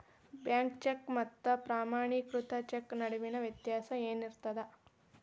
Bank cheque ಮತ್ತ ಪ್ರಮಾಣೇಕೃತ cheque ನಡುವಿನ್ ವ್ಯತ್ಯಾಸ ಏನಿರ್ತದ?